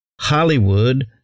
Hollywood